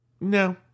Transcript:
No